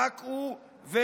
רק הוא וכולו.